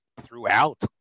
throughout